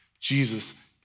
Jesus